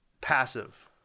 passive